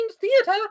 theater